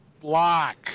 block